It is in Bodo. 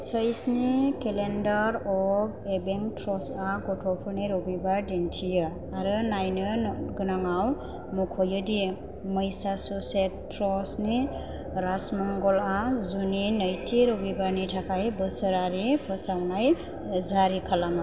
चैसनि केलेन्डार अफ एबेन्ट्र'सआ गथ'फोरनि रबिबार दिन्थियो आरो नायनो गोनाङाव मख'योदि मेसाचुसेट्सनि रासमंगलआ जुननि नैथि रबिबारनि थाखाय बोसोरारि फोसावनाय जारि खालामो